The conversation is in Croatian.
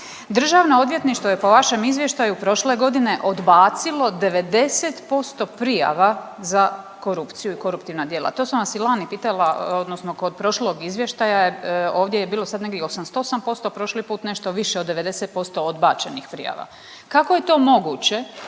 DORH je po vašem izvještaju prošle godine odbacilo 90% prijava za korupciju i koruptivna djela. To sam vas i lani pitala, odnosno kod prošlog izvještaja, ovdje je bilo sad nekih 88%, prošli put nešto više od 90% odbačenih prijava. Kako je to moguće